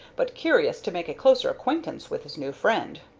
but curious to make a closer acquaintance with his new friend.